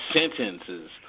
sentences